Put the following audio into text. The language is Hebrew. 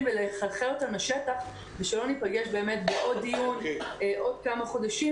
ולחלחל אותם לשטח ושלא ניפגש בעוד דיון בעוד כמה חודשים,